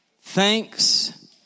Thanks